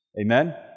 Amen